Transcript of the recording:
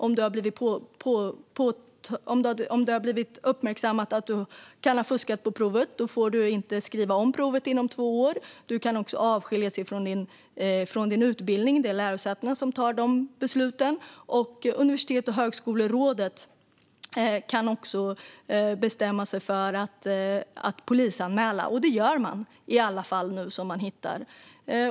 Om det har uppmärksammats att du kan ha fuskat på provet får du inte skriva om provet på två år. Du kan också avskiljas från din utbildning. Det är lärosätena som tar de besluten. Universitets och högskolerådet kan också bestämma sig för att polisanmäla - och det gör man nu i alla fall man hittar.